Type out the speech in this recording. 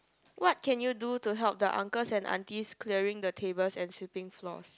what can you do to help the uncles and aunties clearing the tables and sweeping floors